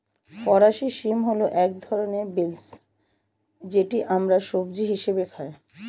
ফরাসি শিম হল এক ধরনের বিন্স যেটি আমরা সবজি হিসেবে খাই